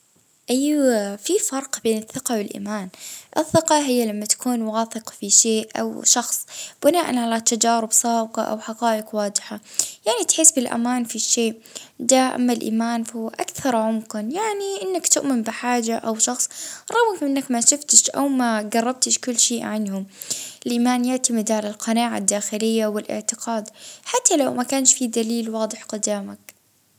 اه في فرق اه تقة تكون في النفس أو في الآخرين أما الإيمان حاجة أعمق اه مرتبطة بالمبادئ والقيم.